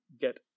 get